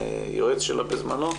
יועץ שלה בזמנו.